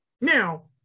Now